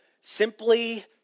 simply